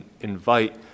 invite